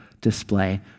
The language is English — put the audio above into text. display